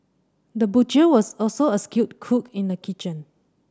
the butcher was also a skilled cook in the kitchen